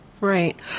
right